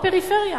בפריפריה.